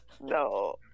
No